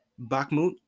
Bakhmut